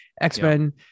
X-Men